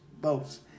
Boats